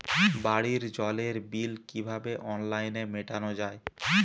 বাড়ির জলের বিল কিভাবে অনলাইনে মেটানো যায়?